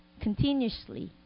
continuously